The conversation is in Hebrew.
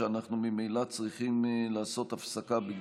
בלי מתנגדים ובלי נמנעים,